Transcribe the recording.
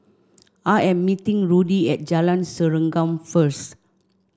I am meeting Rudy at Jalan Serengam first